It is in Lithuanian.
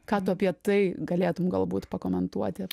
ką tu apie tai galėtum galbūt pakomentuoti